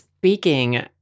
Speaking